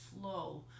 flow